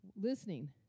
listening